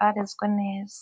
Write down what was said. barezwe neza.